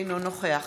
אינו נוכח